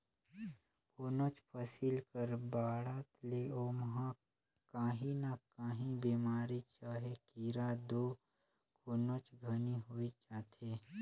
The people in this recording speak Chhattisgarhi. कोनोच फसिल कर बाढ़त ले ओमहा काही न काही बेमारी चहे कीरा दो कोनोच घनी होइच जाथे